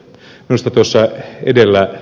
minusta tuossa edellä ed